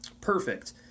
perfect